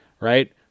right